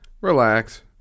relax